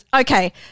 Okay